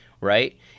right